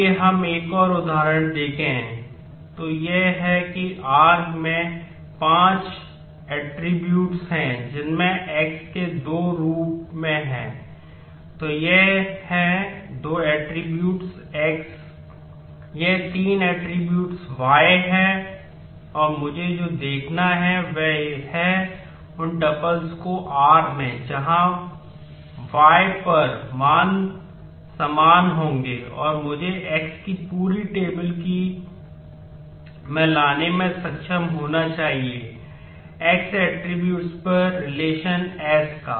आइए हम एक और उदाहरण देखें तो यह है कि r में पाँच ऐट्रिब्यूट्स पर relation S का